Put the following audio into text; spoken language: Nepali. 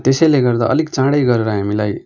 त्यसैले गर्दा अलिक चाँडै गरेर हामीलाई